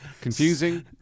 Confusing